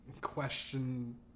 question